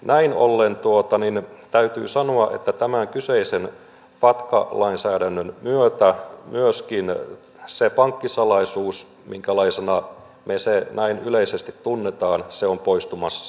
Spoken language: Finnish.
näin ollen täytyy sanoa että tämä kyseisen fatca lainsäädännön myötä myöskin pankkisalaisuus sellaisena kuin me sen näin yleisesti tunnemme on poistumassa